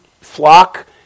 flock